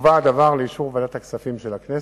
יובא הדבר לאישור ועדת הכספים של הכנסת.